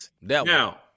Now